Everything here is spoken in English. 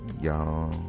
Y'all